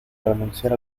renunciar